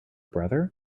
brother